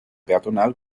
peatonal